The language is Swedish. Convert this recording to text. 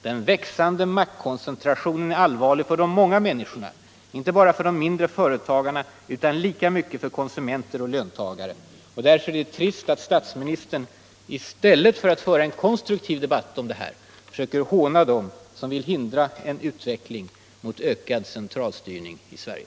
Den växande maktkoncentrationen är allvarlig för de många människorna, inte bara för de mindre företagarna utan lika mycket för konsumenter och löntagare. Därför är det trist att statsministern, i stället för att föra en konstruktiv debatt om detta, försöker håna dem som vill hindra en utveckling mot ökad centralstyrning i Sverige.